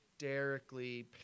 hysterically